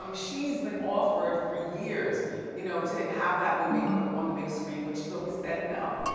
um she's been offered for years you know to have that movie put on the big screen, but she's always said no.